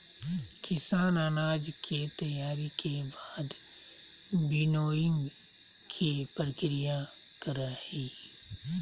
किसान अनाज के तैयारी के बाद विनोइंग के प्रक्रिया करई हई